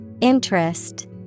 Interest